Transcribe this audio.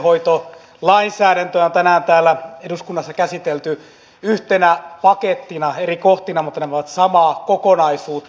omais ja perhehoitolainsäädäntöä on tänään täällä eduskunnassa käsitelty yhtenä pakettina eri kohtina mutta nämä ovat samaa kokonaisuutta